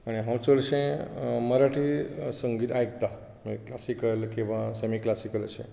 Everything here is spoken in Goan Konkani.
आनी हांव चडशें मराठी संगीत आयकतां क्लासीकल किंवा सॅमिक्लासीकल